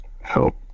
help